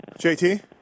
JT